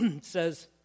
says